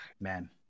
man